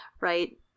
right